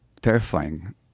terrifying